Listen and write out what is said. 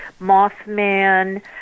mothman